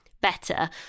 better